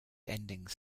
endings